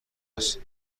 هست